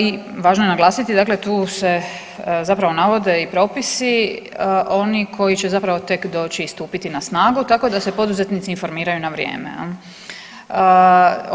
I važno je naglasiti, dakle tu se zapravo navode i propisi oni koji će zapravo tek doći i stupiti na snagu, tako da se poduzetnici informiraju na vrijeme, jel.